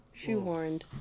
shoehorned